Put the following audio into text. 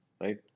right